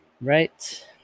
Right